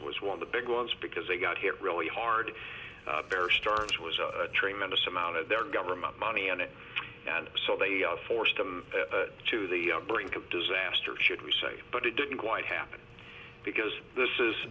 was one of the big ones because they got hit really hard bear stearns was a tremendous amount of their government money on it and so they are forced to move to the brink of disaster should we say but it didn't quite happen because this is